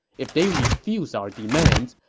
if they refuse our demands,